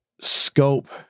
scope